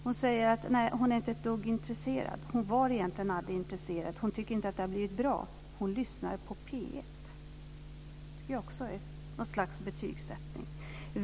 Hon säger att hon inte är ett dugg intresserad. Hon var egentligen aldrig intresserad, och hon tycker inte att det har blivit bra. Hon lyssnar på P1. Det är också ett slags betygssättning.